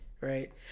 right